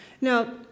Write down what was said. Now